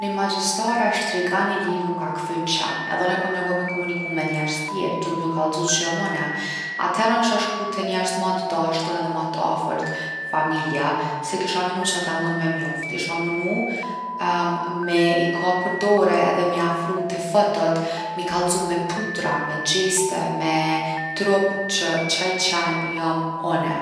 Ni magjistarë a ni shtrigan i lig’ m’ka kthy n’qen edhe unë kom nevoj’ me komuniku me njerz tjerë, duhet me ju kallzu që jom une. Atëhere, isha shku te njerzt ma t’dashtun edhe ma t’afërt, familja, se kisha menu që ata munen me m’njoft. Isha munu me i kap për dore edhe me i afru te fotot, m’i kallzu me putra me gjeste, me trup, që qaj qen jom une.